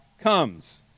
comes